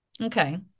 Okay